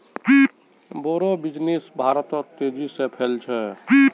बोड़ो बिजनेस भारतत तेजी से फैल छ